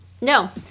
No